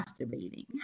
masturbating